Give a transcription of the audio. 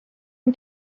این